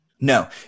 No